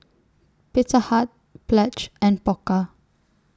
Pizza Hut Pledge and Pokka